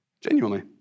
genuinely